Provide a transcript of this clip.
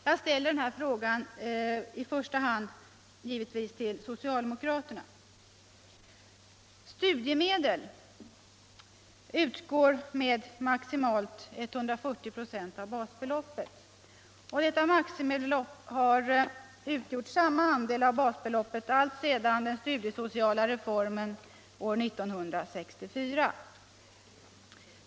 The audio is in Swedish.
Jag ställer frågan givetvis i första hand till socialdemokraterna. Studiemedel utgår med maximalt 140 96 av basbeloppet. Och detta maximibelopp har utgjort samma andel av basbeloppet alltsedan den studiesociala reformen år 1964.